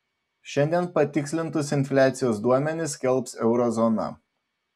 šiandien patikslintus infliacijos duomenis skelbs euro zona